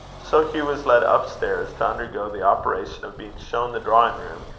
so hugh was led up-stairs, to undergo the operation of being shown the drawing-room,